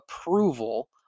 approval